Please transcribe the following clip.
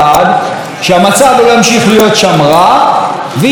שהמצב לא ימשיך להיות שם רע ויהיה שקט.